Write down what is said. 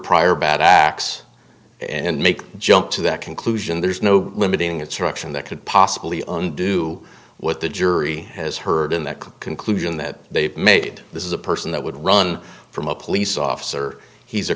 prior bad acts and make jump to that conclusion there's no limiting its direction that could possibly on do what the jury has heard in that conclusion that they've made this is a person that would run from a police officer he's a